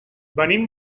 venim